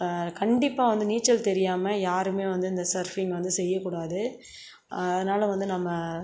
கண்டிப்பாக வந்து நீச்சல் தெரியாமல் யாருமே வந்து இந்த சர்ஃபிங் வந்து செய்யக்கூடாது அதனால் வந்து நம்ம